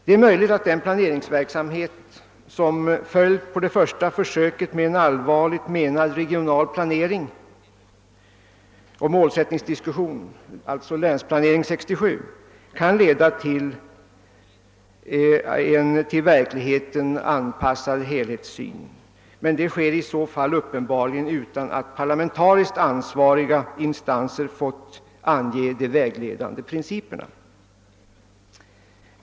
Det är möjligt att den planeringsverksamhet som följt på det första försöket med en allvarligt menad regional planering och målsättningsdiskussion, alltså Länsplanering 67, kan leda till en till verkligheten anpassad helhetssyn. Men det sker i så fall uppenbarligen utan att parlamentariskt ansvariga instanser fått ange de vägledande principerna.